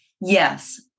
Yes